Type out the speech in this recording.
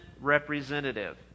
representative